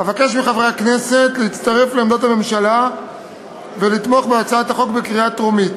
אבקש מחברי הכנסת להצטרף לעמדת הממשלה ולתמוך בהצעת החוק בקריאה טרומית.